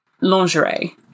lingerie